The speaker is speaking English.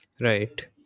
Right